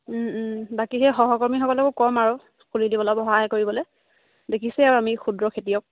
বাকী সেই সহকৰ্মীসকলেকো ক'ম আৰু খুলি দিব অলপ সহায় কৰিবলৈ দেখিছে আৰু আমি ক্ষুদ্ৰ খেতিয়ক